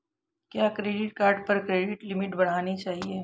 क्या credit card पर credit limit बढ़ानी चाहिए?